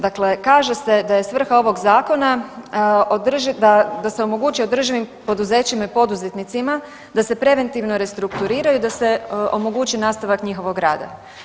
Dakle, kaže se da je svrha ovog zakona da se omogući održivim poduzećima i poduzetnicima, da se preventivno restrukturiraju, da se omogući nastavak njihovog rada.